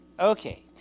Okay